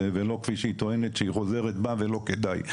ולא כפי שהיא טוענת שהיא חוזרת בה ולא כדאי.